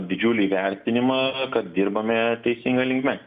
didžiulį įvertinimą kad dirbame teisinga linkme